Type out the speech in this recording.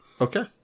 okay